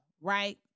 right